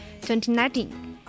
2019